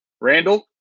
Randall